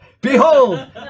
Behold